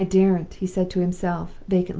i daren't he said to himself, vacantly.